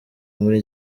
muri